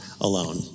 alone